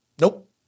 Nope